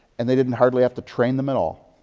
and they didn't hardly have to train them at all.